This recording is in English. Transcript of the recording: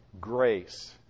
grace